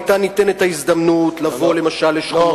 היתה ניתנת ההזדמנות לבוא למשל לשכונות דתיות,